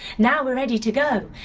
now we're ready to go.